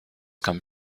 come